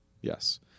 Yes